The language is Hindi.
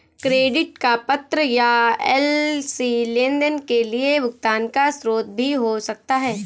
क्रेडिट का पत्र या एल.सी लेनदेन के लिए भुगतान का स्रोत भी हो सकता है